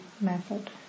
method